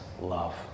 love